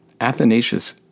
Athanasius